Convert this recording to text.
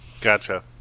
gotcha